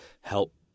help